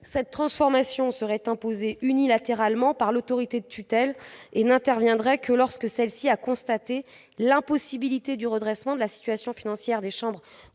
Cette transformation serait imposée unilatéralement par l'autorité de tutelle et n'interviendrait que lorsque celle-ci a constaté l'impossibilité du redressement de la situation financière des chambres